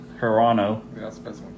Hirano